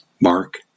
mark